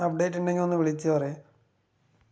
update ഉണ്ടെങ്കിൽ ഒന്ന് വിളിച്ച് പറയ്